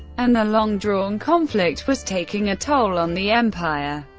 and the long-drawn conflict was taking a toll on the empire.